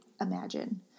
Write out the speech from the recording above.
imagine